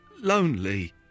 Lonely